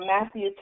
Matthew